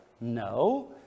No